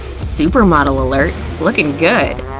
super model alert! lookin' good!